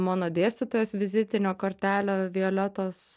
mano dėstytojos vizitinė kortelė violetos